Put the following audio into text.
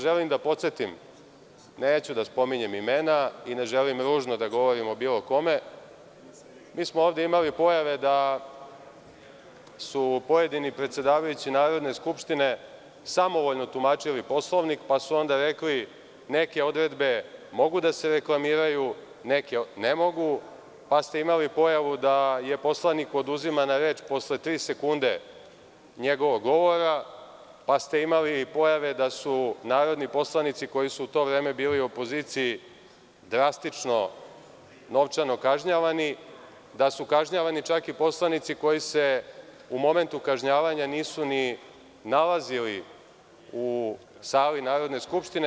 Želim da podsetim, neću da spominjem imena i ne želim ružno da govorim o bilo kome, mi smo ovde imali pojave da su pojedini predsedavajući Narodne skupštine samovoljno tumačili Poslovnik pa su onda rekli – neke odredbe mogu da se reklamiraju, neke ne mogu, pa ste imali pojavu da je poslaniku oduzimana reč posle tri sekunde njegovog govora, pa ste imali pojave da su narodni poslanici koji su u to vreme bili u opoziciji drastično novčano kažnjavani, da su kažnjavani čak i poslanici koji se u momentu kažnjavanja nisu ni nalazili u sali Narodne skupštine.